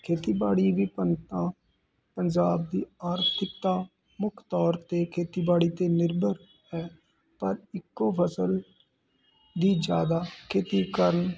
ਖੇਤੀਬਾੜੀ ਵਿਭਿੰਤਾ ਪੰਜਾਬ ਦੀ ਆਰਥਿਕਤਾ ਮੁੱਖ ਤੌਰ 'ਤੇ ਖੇਤੀਬਾੜੀ 'ਤੇ ਨਿਰਭਰ ਹੈ ਪਰ ਇਕੋ ਫ਼ਸਲ ਦੀ ਜ਼ਿਆਦਾ ਖੇਤੀ ਕਰਨ